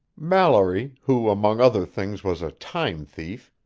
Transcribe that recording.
mallory, who among other things was a time-thief,